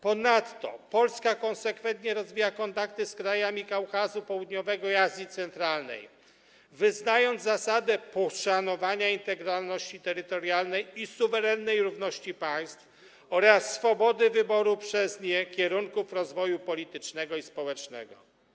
Ponadto Polska konsekwentnie rozwija kontakty z krajami Kaukazu Południowego i Azji Centralnej, wyznając zasadę poszanowania integralności terytorialnej i suwerennej równości państw oraz swobody wyboru przez nie kierunków rozwoju politycznego i społecznego.